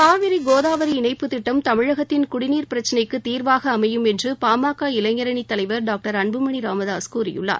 காவிரி கோதாவரி இணைப்பு திட்டம் தமிழகத்தின் குடிநீர் பிரச்சளைக்கு தீர்வாக அமையும் என்று பாமக இளைஞரணி தலைவர் டாக்டர் அன்புமணி ராமதாஸ் கூறியுள்ளார்